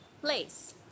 Place